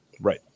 Right